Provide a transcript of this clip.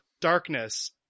Darkness